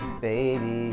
baby